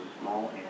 small